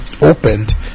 opened